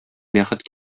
бәхет